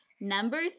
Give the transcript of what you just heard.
Number